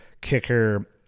kicker